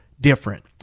different